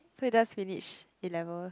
so you just finish A levels